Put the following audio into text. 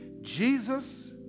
Jesus